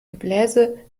gebläse